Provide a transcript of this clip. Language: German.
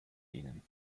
ihnen